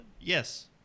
Yes